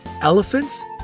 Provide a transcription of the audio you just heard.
Elephants